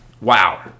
Wow